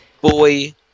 Boy